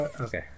Okay